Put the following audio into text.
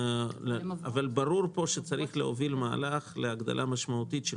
ברור שצריך להוביל מהלך להגדלה משמעותית של